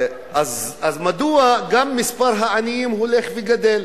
אז מדוע גם מספר העניים הולך וגדל?